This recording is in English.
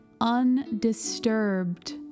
Undisturbed